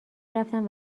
رفتم